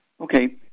Okay